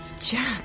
Jack